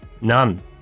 none